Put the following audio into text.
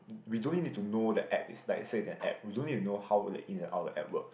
we don't need to know that app is like in the app we don't need to know how the ins and outs of the app work